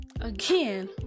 again